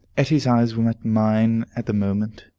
etty's eyes met mine at the moment,